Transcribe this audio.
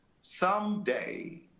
someday